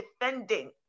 defending